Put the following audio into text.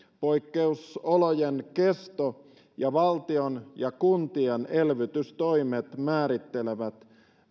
poikkeusolojen kesto ja valtion ja kuntien elvytystoimet määrittelevät